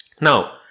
Now